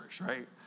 right